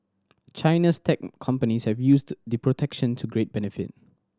China's tech companies have used the protection to great benefit